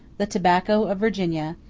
the tobacco of virginia,